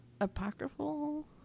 Apocryphal